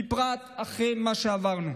בפרט אחרי מה שעברנו.